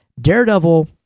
daredevil